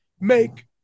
make